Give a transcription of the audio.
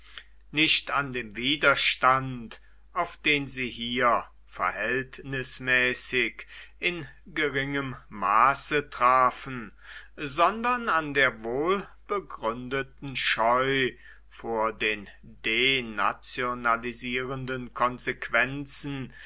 nicht an dem widerstand auf den sie hier verhältnismäßig in geringem maße trafen sondern an der wohlbegründeten scheu vor den denationalisierenden konsequenzen